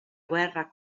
guerra